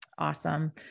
Awesome